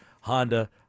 Honda